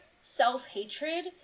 self-hatred